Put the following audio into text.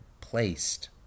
placed